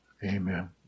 Amen